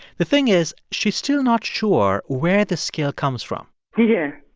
the thing is, she's still not sure where the skill comes from yeah.